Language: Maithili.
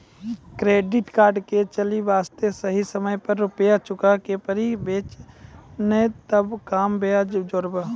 क्रेडिट कार्ड के चले वास्ते सही समय पर रुपिया चुके के पड़ी बेंच ने ताब कम ब्याज जोरब?